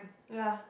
ya